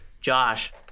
Josh